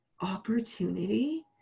opportunity